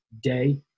day